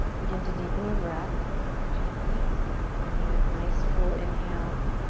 begin to deepen your breath gently finding it nice full inhale